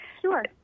Sure